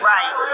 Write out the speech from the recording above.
Right